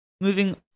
moving